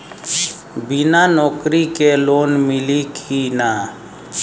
बिना नौकरी के लोन मिली कि ना?